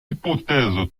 hypothèse